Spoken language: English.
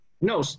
No